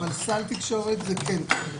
אבל סל תקשורת זה כן כנגד קבלות.